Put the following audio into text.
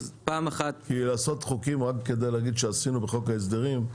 אז פעם אחת --- כי לעשות חוקים רק כדי להגיד שעשינו בחוק ההסדרים,